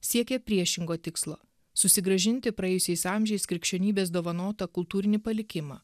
siekė priešingo tikslo susigrąžinti praėjusiais amžiais krikščionybės dovanotą kultūrinį palikimą